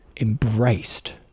embraced